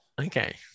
Okay